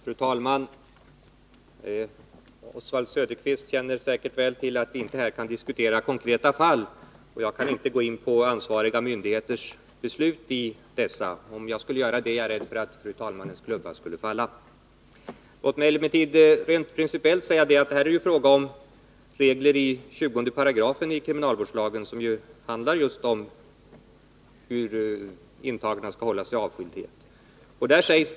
Fru talman! Oswald Söderqvist känner säkerligen väl till att vi här inte kan diskutera konkreta fall, och jag kan inte gå in på ansvariga myndigheters beslut i enskilda fall. Om jag skulle göra det är jag rädd för att fru talmannens klubba skulle falla. Låt mig emellertid principiellt få säga att det här är fråga om regler i 20 § i kriminalvårdslagen, som handlar just om hur intagna skall hållas i avskildhet.